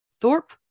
Thorpe